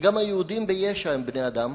שגם היהודים ביש"ע הם בני-אדם,